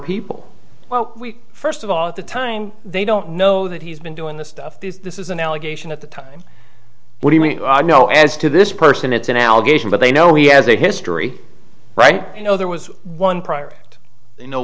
people well first of all at the time they don't know that he's been doing this stuff this is an allegation at the time what do we know as to this person it's an allegation but they know he has a history right you know there was one product you know